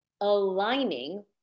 aligning